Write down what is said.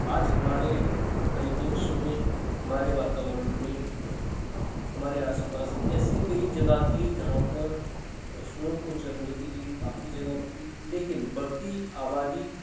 आज हमारे परिप्रेक्ष्य में हमारे वातावरण में हमारे आसपास ऐसे कई जगह थीं जहाँ पर पशुओं को चरने के लिए काफी जगह थी लेकिन बढ़ती आबादी